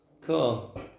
Cool